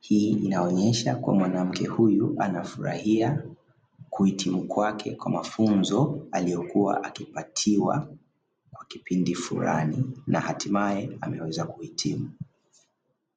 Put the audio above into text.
Hii inaonyesha kuwa mwanamke huyu anafurahia kuhitimu kwake kwa mafunzo; aliyokuwa akipatiwa kwa kipindi fulani na hatimaye ameweza kuhitimu.